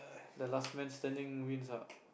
the last man standing wins ah